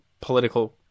political